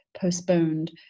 postponed